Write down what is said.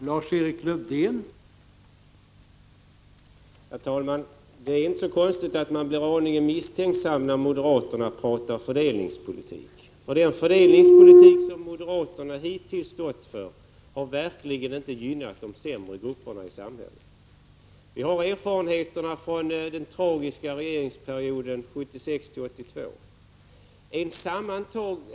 Herr talman! Det är inte så konstigt att man blir aningen misstänksam när moderaterna pratar fördelningspolitik. Den fördelningspolitik som moderaterna hittills stått för har verkligen inte gynnat de sämre ställda grupperna i samhället. Vi har erfarenheter från den tragiska regeringsperioden 1976 1982.